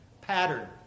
Pattern